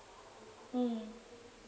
mm